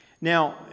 Now